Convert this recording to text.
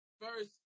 First